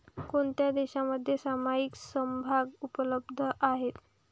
कोणत्या देशांमध्ये सामायिक समभाग उपलब्ध आहेत?